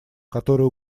которая